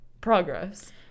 progress